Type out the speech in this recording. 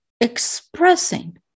expressing